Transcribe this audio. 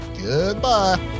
goodbye